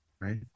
right